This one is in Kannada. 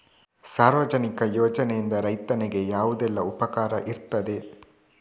ಸಾರ್ವಜನಿಕ ಯೋಜನೆಯಿಂದ ರೈತನಿಗೆ ಯಾವುದೆಲ್ಲ ಉಪಕಾರ ಇರ್ತದೆ?